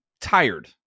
tired